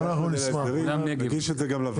הגשנו את זה --- נגיש את זה לוועדה,